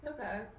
Okay